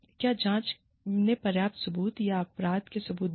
क्या जांच ने पर्याप्त सबूत या अपराध के सबूत दिए